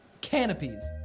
Canopies